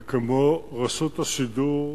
וכמו רשות השידור,